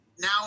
now